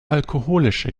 alkoholische